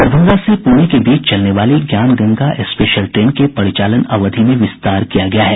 दरभंगा से पूणे के बीच चलने वाली ज्ञान गंगा स्पेशल ट्रेन के परिचालन अवधि में विस्तार किया गया है